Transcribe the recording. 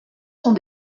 sont